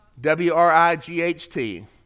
W-R-I-G-H-T